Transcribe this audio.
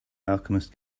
alchemist